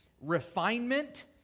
refinement